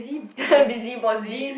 busybody